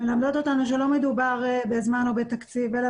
מלמדות אותנו שלא מדובר בזמן או בתקציב אלא